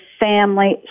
family